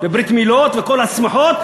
לבריתות מילה וכל השמחות,